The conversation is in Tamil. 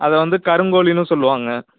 அதை வந்து கருங்கோழின்னு சொல்லுவாங்க